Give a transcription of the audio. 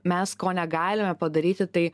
mes ko negalime padaryti tai